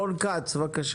חבר הכנסת רון כץ, בבקשה.